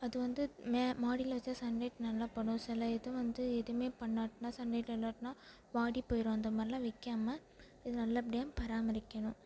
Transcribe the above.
அது வந்து மேல் மாடியில் வெச்சா சன் லைட்டு நல்லா படும் சில இது வந்து எதுவுமே பண்ணாட்னால் சன் லைட்டில் இல்லாட்டினா வாடி போயிடும் அந்த மாதிரிலாம் வெக்காமல் இது நல்லபடியாக பராமரிக்கணும்